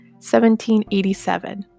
1787